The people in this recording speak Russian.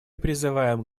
призываем